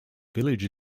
village